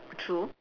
true